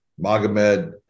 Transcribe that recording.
Magomed